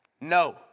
No